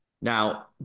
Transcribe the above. Now